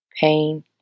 pain